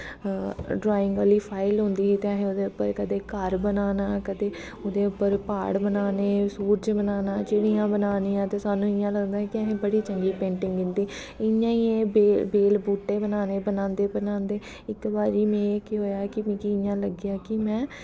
drawing आह्ली file होंदी ही ते असें ओह्दे उप्पर कदें घर बनाना कदें प्हाड़ बनाने सूरज बनाना चिड़ियां बनानियां ते सानूं इ'यां लगदा कि असें बड़ी चंगी पेंटिंग कीती इ'यां ई एह् बेल बूह्टे बनाने बनांदे बनांदे इक बारी मिगी केह् होया कि मिगी इ'यां लग्गेआ कि में